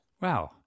Wow